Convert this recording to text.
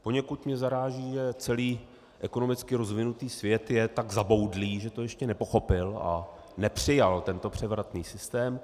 Poněkud mě zaráží, že celý ekonomicky rozvinutý svět je tak zaboudlý, že to ještě nepochopil a nepřijal tento převratný systém.